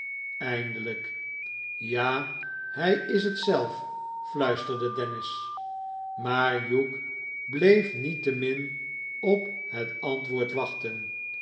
emdehjk ja hij is het zelf fiuisterde dennis maar hugh bleef niettemin op antwoord wachten